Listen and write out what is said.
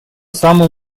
самым